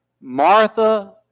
Martha